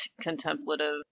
contemplative